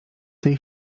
tej